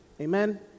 Amen